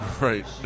Right